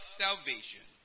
salvation